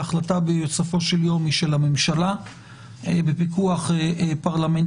ההחלטה בסופו של יום היא של הממשלה בפיקוח פרלמנטרי.